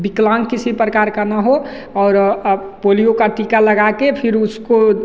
विकलांग किसी प्रकार का ना हो और अब पोलियो का टीका लगाके फिर उसको